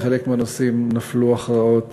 בחלק מהנושאים נפלו הכרעות